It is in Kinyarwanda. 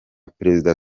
perezida